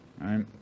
right